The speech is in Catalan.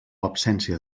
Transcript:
absència